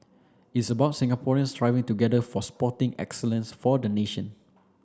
it's about Singaporeans striving together for sporting excellence for the nation